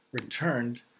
returned